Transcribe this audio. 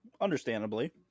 Understandably